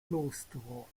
flustro